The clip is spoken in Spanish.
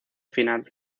final